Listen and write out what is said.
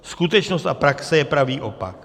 Skutečnost a praxe je pravý opak.